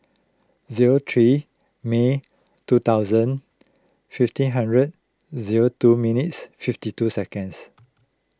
zero three May two thousand fifteen hundred zero two minutes fifty two seconds